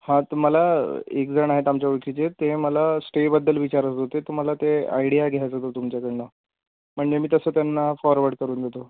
हा तर मला एक जण आहेत आमच्या ओळखीचे ते मला स्टेबद्दल विचारत होते तर मला ते आयडिया घ्यायचं होतं तुमच्याकडनं म्हणजे मी तसं त्यांना फॉरवर्ड करून देतो